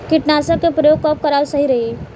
कीटनाशक के प्रयोग कब कराल सही रही?